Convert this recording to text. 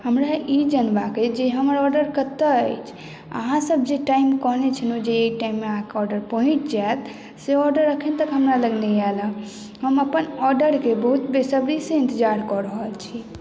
हमरा ई जनबाके अछि जे हमर ऑर्डर कत्तौ अछि अहाँ सभ जे टाइम कहने छलहुँ जे एहि टाइममे अहाँके ऑर्डर पहुँच जाइत से ऑर्डर अखन तक हमरा लग नहि आयल है हम अपन ऑर्डरके बहुत बेसब्री से इन्तजार कऽ रहल छी